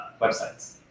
websites